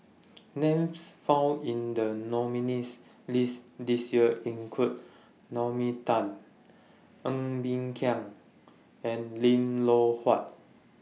Names found in The nominees' list This Year include Naomi Tan Ng Bee Kia and Lim Loh Huat